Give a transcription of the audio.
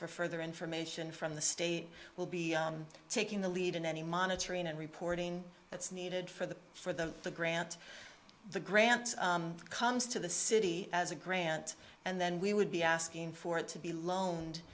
for further information from the state will be taking the lead in any monitoring and reporting that's needed for the for the the grant the grant comes to the city as a grant and then we would be asking for it to be loaned